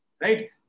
right